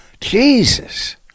Jesus